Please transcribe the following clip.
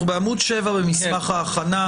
אנחנו בעמוד 7 במסמך ההכנה.